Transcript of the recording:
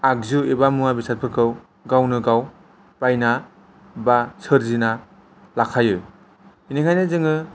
आगजु एबा मुवा बेसादफोरखौ गावनो गाव बायना बा सोरजिना लाखायो बेनिखायनो जोङाे